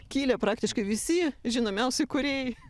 kilę praktiškai visi žinomiausi kūrėjai